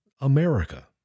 America